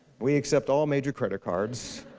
we accept all major credit cards.